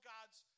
God's